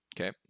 Okay